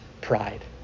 pride